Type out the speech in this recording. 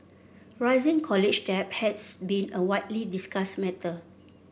rising college debt has been a widely discussed matter